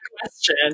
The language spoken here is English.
question